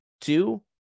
two